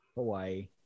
Hawaii